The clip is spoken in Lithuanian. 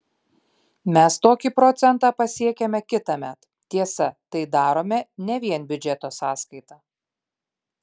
mes tokį procentą pasiekiame kitąmet tiesa tai darome ne vien biudžeto sąskaita